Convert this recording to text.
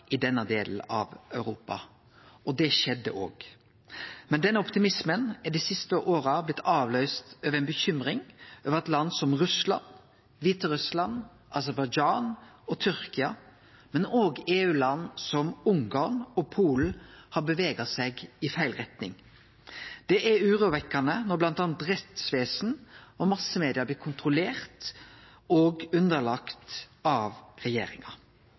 i denne delen av Europa. Det skjedde òg, men denne optimismen er dei siste åra blitt avløyst av bekymring over at land som Russland, Kviterussland, Aserbajdsjan og Tyrkia, men òg EU-land som Ungarn og Polen, har bevega seg i feil retning. Det er urovekkjande når bl.a. rettsvesen og massemedia blir kontrollerte av og underlagde regjeringa.